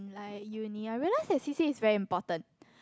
I uni I realised that C_C_A is very important